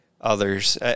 others